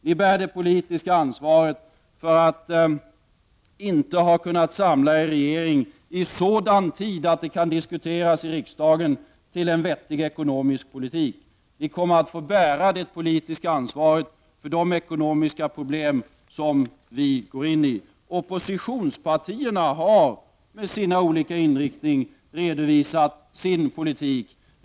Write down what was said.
Ni bär det politiska ansvaret för att ni inte har kunnat samla er regering kring en vettig ekonomisk politik i sådan tid att det kan diskuteras i riksdagen. Ni kommer att få bära det politiska ansvaret för de ekonomiska problem som vi går in i. Oppositionspartierna har redovisat sin politik med sina olika riktlinjer.